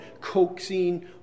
coaxing